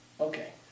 Okay